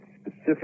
specific